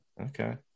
okay